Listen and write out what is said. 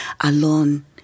alone